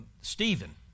Stephen